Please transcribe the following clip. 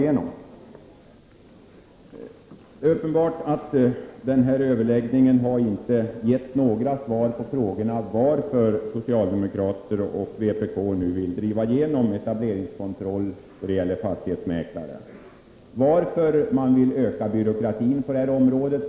Det är uppenbart att överläggningen inte har gett några svar på frågorna varför socialdemokrater och vpk nu vill driva igenom etableringskontroll när det gäller fastighetsmäklare och varför de vill öka byråkratin på det här området.